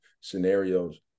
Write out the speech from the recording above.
scenarios